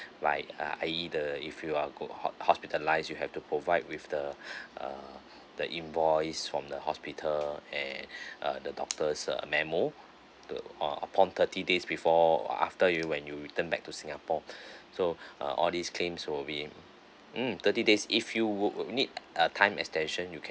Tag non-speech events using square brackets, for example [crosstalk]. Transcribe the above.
like uh either if you are uh hosp~ hospitalised you have to provide with the [breath] uh the invoice from the hospital and [breath] uh the doctor's uh memo to uh upon thirty days before or after you when you return back to singapore [breath] so err all these claims will be mm thirty days if you would need uh time extension you can